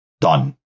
Done